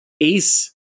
Ace